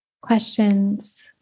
questions